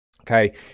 okay